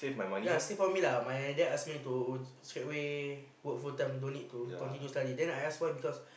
ya same for me lah my dad ask me to straightaway work full time don't need to continue study then I ask why because